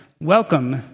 Welcome